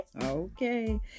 okay